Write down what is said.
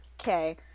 Okay